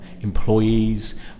employees